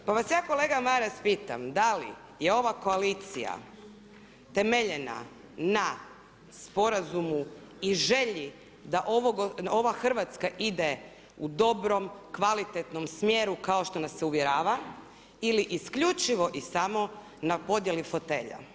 Pa vas ja kolega Maras pitam da li je ova koalicija temeljena na sporazumu i želji da ova Hrvatska ide u dobrom, kvalitetnom smjeru kao što nas se uvjerava ili isključivo i samo na podjeli fotelja?